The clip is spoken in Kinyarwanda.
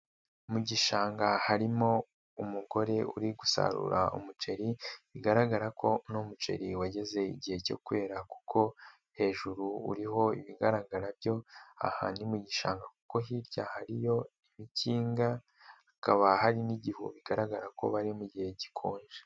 Mu gishanga harimo umugore uri gusarura umuceri bigaragara ko uno muceri wageze igihe cyo kwera kuko hejuru uriho ibigaragara byo ahantu mu gishanga kuko hirya hariyo imikinga, hakaba hari n'igihu bigaragara ko bari mu gihe gikonje.